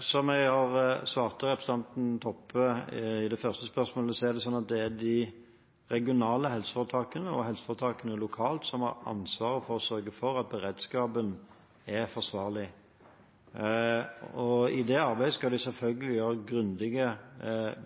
Som jeg svarte representanten Toppe i det første spørsmålet, er det de regionale helseforetakene og helseforetakene lokalt som har ansvaret for å sørge for at beredskapen er forsvarlig. I det arbeidet skal de selvfølgelig gjøre grundige